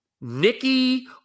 Nikki